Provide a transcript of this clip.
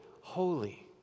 holy